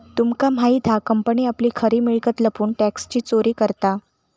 तुमका माहित हा कंपनी आपली खरी मिळकत लपवून टॅक्सची चोरी करता